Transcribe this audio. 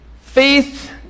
faith